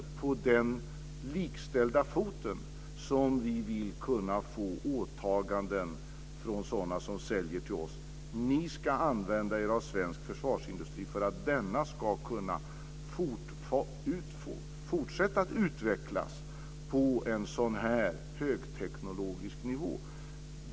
Det är på den likställda foten som vi vill kunna få åtaganden från sådana som säljer till oss: Ni ska använda er av svensk försvarsindustri för att denna ska kunna fortsätta att utvecklas på en sådan här högteknologisk nivå.